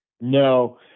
No